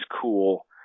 cool